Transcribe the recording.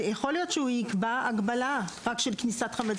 יכול להיות שהוא יקבע הגבלה רק של כניסת חמץ,